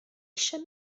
eisiau